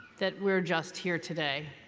that we're just here today.